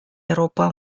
eropa